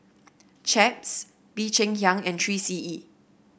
Chaps Bee Cheng Hiang and Three C E